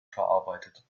verarbeitet